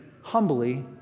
humbly